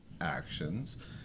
actions